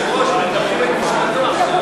יושבת-ראש האופוזיציה נואמת בדיון.